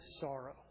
sorrow